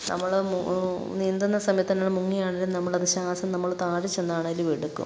നമ്മൾ മൂ നീന്തുന്ന സമയത്തു തന്നെ മുങ്ങിയാണെങ്കിലും നമ്മളത് ശ്വാസം നമ്മൾ താഴെ ചെന്നാണെങ്കിലും എടുക്കും